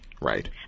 Right